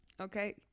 okay